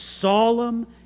solemn